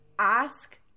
ask